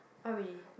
uh really